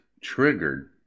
triggered